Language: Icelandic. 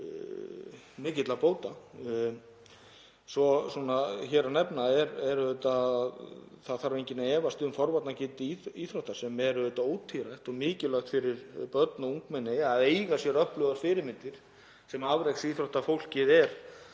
mikilla bóta. Svo má nefna að það þarf enginn að efast um forvarnagildi íþrótta sem er ótvírætt og mikilvægt fyrir börn og ungmenni að eiga sér öflugar fyrirmyndir sem afreksíþróttafólkið er,